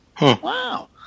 Wow